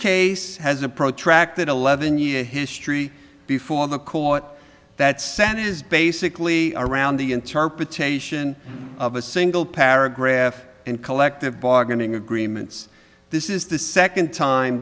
case has a protracted eleven year history before the court that senate is basically around the interpretation of a single paragraph and collective bargaining agreements this is the second time